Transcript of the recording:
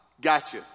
gotcha